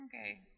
Okay